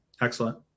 Excellent